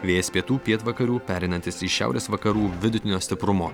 vėjas pietų pietvakarių pereinantis į šiaurės vakarų vidutinio stiprumo